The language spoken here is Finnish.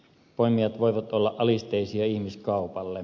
poimijat voivat altistua ihmiskaupalle